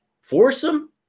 foursome